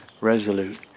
resolute